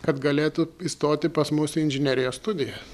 kad galėtų įstoti pas mus į inžinerijos studijas